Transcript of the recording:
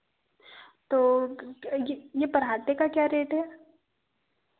तो यह यह पराँठे के क्या रेट है